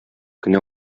кенә